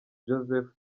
joseph